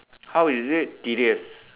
how is it tedious